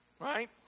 Right